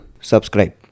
Subscribe